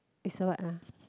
it's a what ah